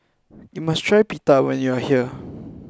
you must try Pita when you are here